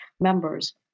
members